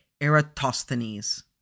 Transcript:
eratosthenes